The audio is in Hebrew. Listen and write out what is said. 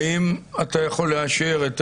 האם אתה יכול לאשר את